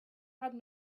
had